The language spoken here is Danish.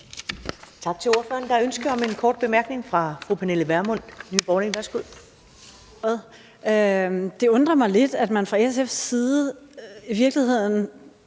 Tak til ordføreren. Der er ønske om en kort bemærkning fra fru Pernille Vermund, Nye